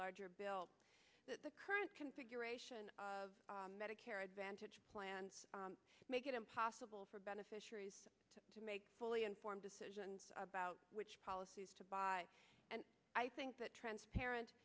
larger bill that the current configuration of medicare advantage plans make it impossible for beneficiaries to make fully informed decisions about which policies to buy and i think that transparent